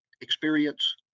experience